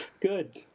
Good